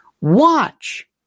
Watch